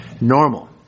normal